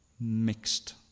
mixed